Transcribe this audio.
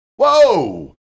Whoa